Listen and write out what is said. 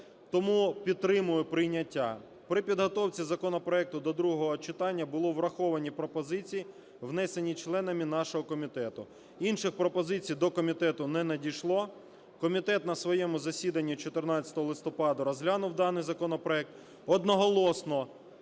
тому підтримує прийняття. При підготовці законопроекту до другого читання були враховані пропозиції, внесені членами нашими комітету. Інших пропозицій до комітету не надійшло. Комітет на своєму засідання 14 листопада розглянув даний законопроект. Одноголосно